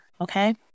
okay